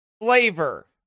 flavor